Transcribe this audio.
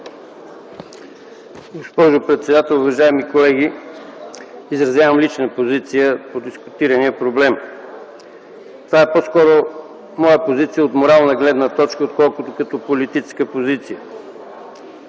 Госпожо председател, уважаеми колеги! Изразявам лична позиция по дискутирания проблем - по-скоро от морална гледна точка, отколкото политическа позиция.